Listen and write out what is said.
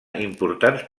importants